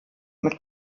mit